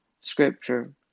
Scripture